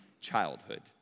childhood